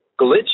glitch